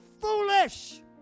foolish